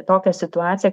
tokią situaciją